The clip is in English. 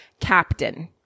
captain